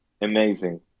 amazing